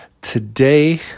Today